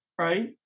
right